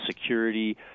security